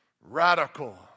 Radical